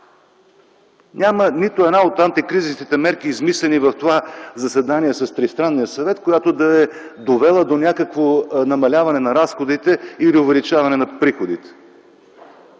Няма нито една от антикризисните мерки, измислени в това заседание на Тристранния съвет, която да е довела до някакво намаляване на разходите или увеличаване на приходите.